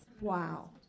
Wow